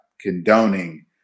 condoning